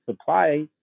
supply